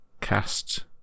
cast